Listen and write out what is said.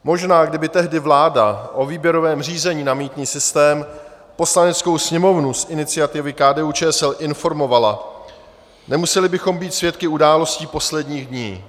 Možná kdyby tehdy vláda o výběrovém řízení na mýtný systém Poslaneckou sněmovnu z iniciativy KDUČSL informovala, nemuseli bychom být svědky událostí posledních dní.